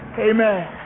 Amen